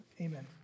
Amen